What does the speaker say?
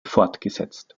fortgesetzt